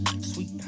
sweet